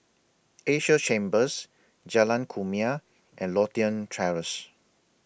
Asia Chambers Jalan Kumia and Lothian Terrace